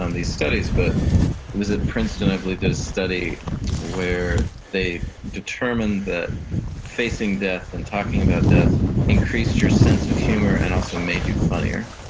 um these studies, but was it princeton i believe did a study where they determined that facing death and talking about death increased your sense of humor and also made you funnier.